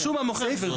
רשום המוכר.